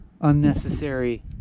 unnecessary